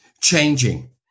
changing